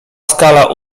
skala